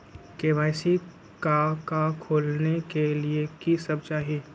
KYC का का खोलने के लिए कि सब चाहिए?